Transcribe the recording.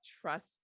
trust